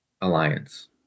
Alliance